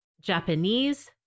Japanese